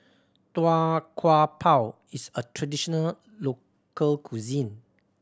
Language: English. Tau Kwa Pau is a traditional local cuisine